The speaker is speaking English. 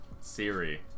siri